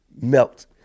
melt